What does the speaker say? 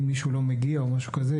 אם מישהו לא מגיע או משהו כזה,